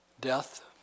Death